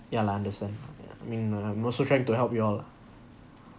ya ya lah understand I mean I'm also trying to help you all lah